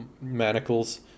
manacles